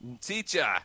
teacher